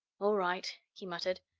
all right, he muttered,